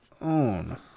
own